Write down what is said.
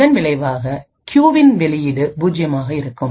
இதன் விளைவாக க்யூ வின் வெளியீடு பூஜ்யமாக இருக்கும்